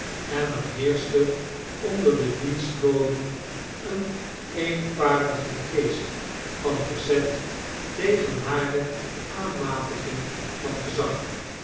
en er heerschte onder de dienstboden een eenparige geest van verzet tegen hare aanmatiging van gezag